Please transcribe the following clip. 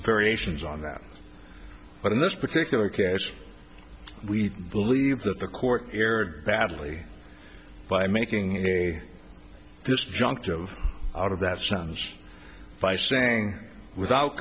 variations on that but in this particular case we believe that the court erred badly by making a this juncture of out of that sounds by saying without